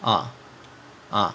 ah ah